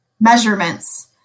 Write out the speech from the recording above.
measurements